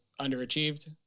underachieved